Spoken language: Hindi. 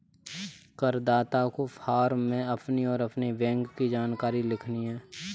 करदाता को फॉर्म में अपनी और अपने बैंक की जानकारी लिखनी है